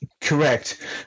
Correct